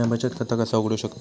म्या बचत खाता कसा उघडू शकतय?